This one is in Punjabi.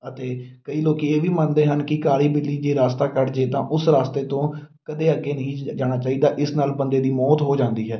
ਅਤੇ ਕਈ ਲੋਕੀਂ ਇਹ ਵੀ ਮੰਨਦੇ ਹਨ ਕਿ ਕਾਲੀ ਬਿੱਲੀ ਜੇ ਰਾਸਤਾ ਕੱਟ ਜੇ ਤਾਂ ਉਸ ਰਾਸਤੇ ਤੋਂ ਕਦੇ ਅੱਗੇ ਨਹੀਂ ਜਾਣਾ ਚਾਹੀਦਾ ਇਸ ਨਾਲ ਬੰਦੇ ਦੀ ਮੌਤ ਹੋ ਜਾਂਦੀ ਹੈ